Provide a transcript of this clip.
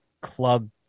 club